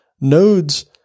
nodes